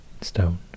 stone